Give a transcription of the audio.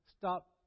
stop